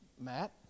Matt